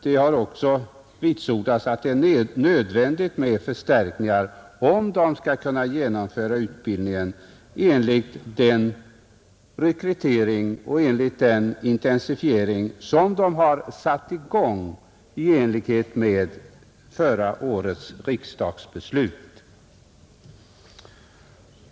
Det har också vitsordats att det är nödvändigt med förstärkningar, om man skall kunna genomföra utbildningen med den rekrytering och den intensifiering som man har satt i gång i enlighet med förra årets riksdagsbeslut.